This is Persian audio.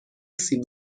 سیب